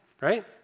Right